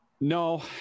no